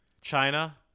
China